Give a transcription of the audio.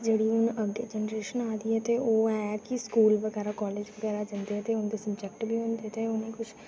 जेह्ड़ी हू'न अग्गै जनेरेशन आवा दी ऐ ते ओह् ऐ की स्कूल बगैरा कॉलेज बगैरा जंदे ते उं'दे सब्जैक्ट बी होंदे ते उ'नेंगी गी कुछ